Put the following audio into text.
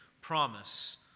promise